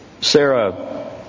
Sarah